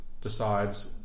decides